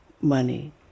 money